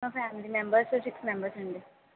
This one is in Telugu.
మా ఫ్యామిలీ మెంబర్స్ సిక్స్ మెంబర్స్ అండి